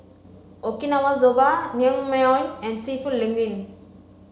Okinawa Soba Naengmyeon and Seafood Linguine